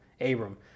Abram